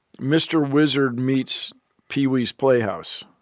mr. wizard meets pee-wee's playhouse.